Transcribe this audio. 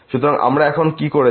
সুতরাং আমরা এখন কি করছি